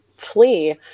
flee